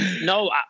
No